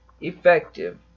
effective